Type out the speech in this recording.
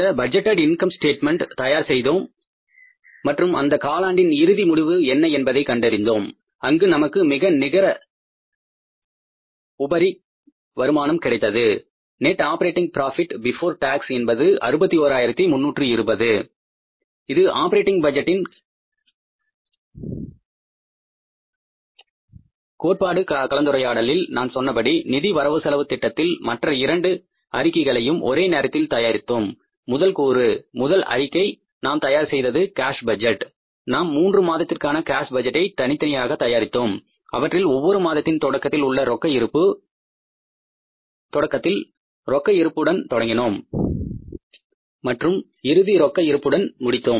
இந்த budgeted income statement தயார் செய்தோம் மற்றும் அந்த காலாண்டின் இறுதி முடிவு என்ன என்பதை கண்டறிந்தோம் அங்கு நமக்கு மிக நிகர உபரி வருமானம் கிடைத்தது net operating profit before tax என்பது 61320 இது ஆப்பரேட்டிங் பட்ஜெட்டின் கோட்பாட்டு கலந்துரையாடலில் நான் சொன்னபடி நிதி வரவுசெலவுத் திட்டத்தில் மற்ற இரண்டு அறிக்கைகளையும் ஒரே நேரத்தில் தயாரித்தோம் முதல் கூறு முதல் அறிக்கை நாம் தயார் செய்தது கேஷ் பட்ஜெட் நாம் மூன்று மாதத்திற்கான கேஷ் பட்ஜெட்டை தனித்தனியாக தயாரித்தோம் அவற்றில் ஒவ்வொரு மாதத்தின் தொடக்கத்தில் ரொக்க இருப்புடன் தொடங்கினோம் மற்றும் இறுதி ரொக்க இருப்புடன் முடித்தோம்